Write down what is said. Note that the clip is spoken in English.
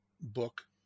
book